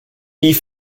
wie